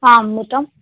అమ్ముతాము